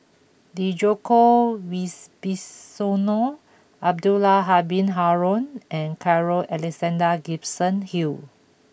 Djoko Wibisono Abdul Halim Haron and Carl Alexander Gibson Hill